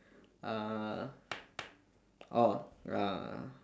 uh oh uh